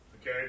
Okay